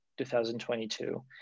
2022